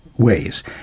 ways